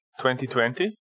2020